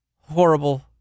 horrible